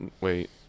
Wait